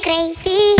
Crazy